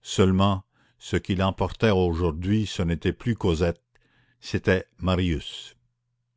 seulement ce qu'il emportait aujourd'hui ce n'était plus cosette c'était marius